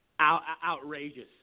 outrageous